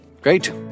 Great